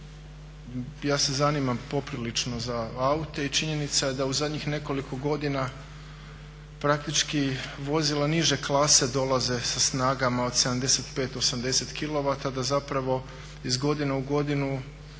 ja se zanimam poprilično za aute i činjenica je da u zadnjih nekoliko godina praktički vozila niže klase dolaze sa snagama od 75, 80 kilovata, da zapravo iz godine u godinu